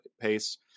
pace